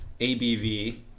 ABV